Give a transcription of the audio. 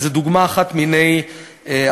וזה דוגמה אחת מני עשרות.